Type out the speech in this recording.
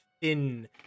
thin